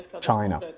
China